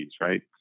right